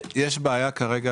יש בעיה כרגע